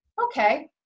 okay